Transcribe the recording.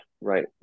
right